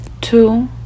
two